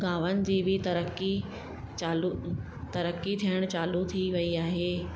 गामनि जी बि तरकी चालू तरक़ी थियणु चालू थी वई आहे